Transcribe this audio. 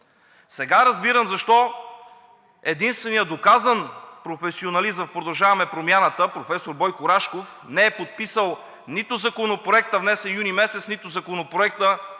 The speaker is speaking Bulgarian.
Сега разбирам защо единственият доказан професионалист в „Продължаваме Промяната“ професор Бойко Рашков не е подписал нито Законопроекта, внесен юни месец, нито Законопроекта,